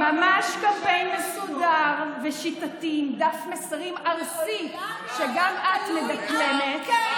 ממש קמפיין מסודר ושיטתי עם דף מסרים ארסי הוא מעולם לא היה תלוי באף,